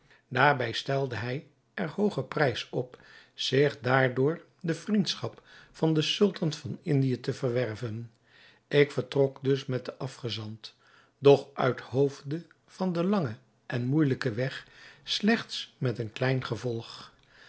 daarbij stelde hij er hoogen prijs op zich daardoor de vriendschap van den sultan van indië te verwerven ik vertrok dus met den afgezant doch uithoofde van den langen en moeijelijken weg slechts met een klein gevolg